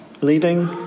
Leading